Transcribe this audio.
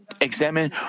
examine